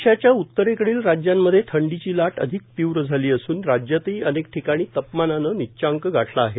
देशाच्या उत्तरेकडील राज्यांमध्ये थंडीची लाट अधिकच तीव्र झाली असून राज्यातही अनेक ठिकाणी तापमानानं निच्चांक गाठला आहे